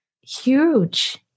Huge